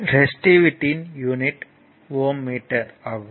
ரெசிஸ்டிவிட்டியின் unit Ω metre ஆகும்